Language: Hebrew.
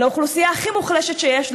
לאוכלוסייה הכי מוחלשת שיש,